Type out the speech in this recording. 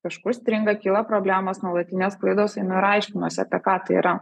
kažkur stringa kyla problemos nuolatinės klaidas einu ir aiškinuosi apie ką tai yra